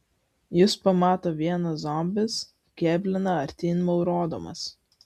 jus pamato vienas zombis kėblina artyn maurodamas